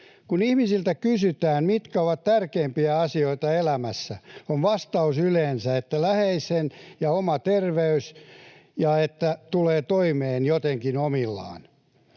Kun ihmisiltä kysytään, mitkä ovat tärkeimpiä asioita elämässä, on vastaus yleensä läheisen ja oma terveys ja se, että tulee toimeen jotenkin omillaan.